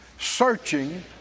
searching